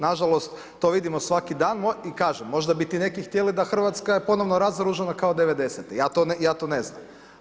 Nažalost to vidimo svaki dan i kažem, možda bi ti neki htjeli da Hrvatska je ponovno naoružana kao '90. ja to ne znam.